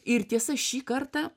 ir tiesa šį kartą